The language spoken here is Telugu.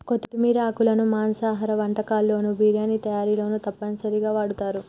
కొత్తిమీర ఆకులను మాంసాహార వంటకాల్లోను బిర్యానీ తయారీలోనూ తప్పనిసరిగా వాడుతారు